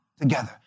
together